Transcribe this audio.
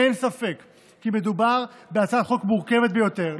אין ספק כי מדובר בהצעת חוק מורכבת ביותר.